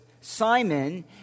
Simon